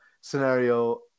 scenario